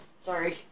Sorry